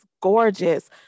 gorgeous